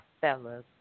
fellas